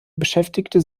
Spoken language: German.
beschäftigte